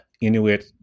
Inuit